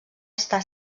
està